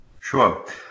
Sure